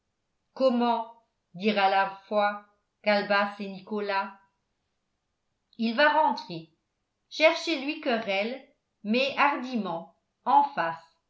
comment dirent à la fois calebasse et nicolas il va rentrer cherchez lui querelle mais hardiment en face